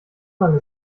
lange